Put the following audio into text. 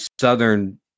Southern